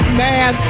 man